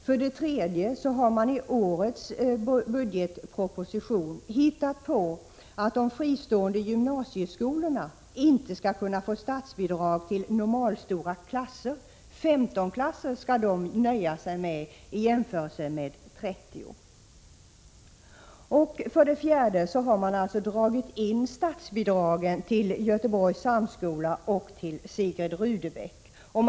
För det tredje har man i årets budgetproposition hittat på att de fristående gymnasieskolorna inte skall kunna få statsbidrag till normalstora klasser. 15-klasser skall de nöja sig med, i jämförelse med 30. För det fjärde har man dragit in statsbidragen till Göteborgs Samskola och Sigrid Rudebecks Gymnasium.